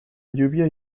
lluvia